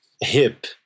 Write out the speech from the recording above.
hip